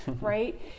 right